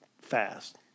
fast